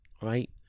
right